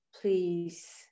please